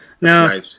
no